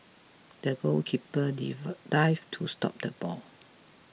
the goalkeeper div dived to stop the ball